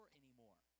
anymore